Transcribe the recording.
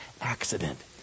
accident